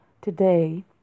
today